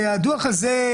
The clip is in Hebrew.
והדוח הזה,